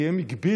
כי הם הגבילו.